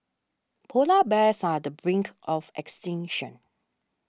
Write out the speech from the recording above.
Polar Bears are the brink of extinction